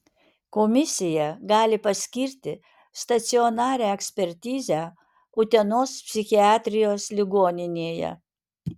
komisija gali paskirti stacionarią ekspertizę utenos psichiatrijos ligoninėje